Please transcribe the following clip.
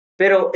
pero